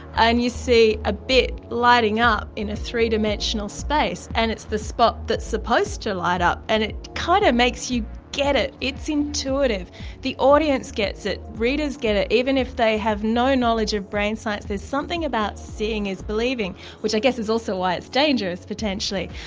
and you see a bit lighting up in a three dimensional space and it's the spot that's supposed to light up and it kind of makes you get it. it's intuitive and the audience gets it, readers get it, even if they have no knowledge of brain science, there's something about seeing is believing which i guess which is also why it's dangerous potentially.